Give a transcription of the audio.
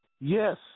Yes